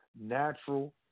natural